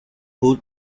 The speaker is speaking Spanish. hood